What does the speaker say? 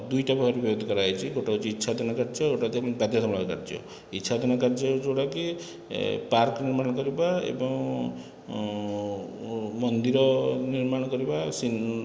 ଦୁଇଟା ଭାଗରେ ବିଭକ୍ତ କରାଯାଇଛି ଗୋଟିଏ ଇଚ୍ଛାଧୀନ କାର୍ଯ୍ୟ ଆଉ ଗୋଟିଏ ହେଉଛି ବାଧ୍ୟତାମୂଳକ କାର୍ଯ୍ୟ ଇଚ୍ଛାଧୀନ କାର୍ଯ୍ୟ ଯେଉଁଟାକି ପାର୍କ ନିର୍ମାଣ କରିବା ଏବଂ ମନ୍ଦିର ନିର୍ମାଣ କରିବା